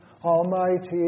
Almighty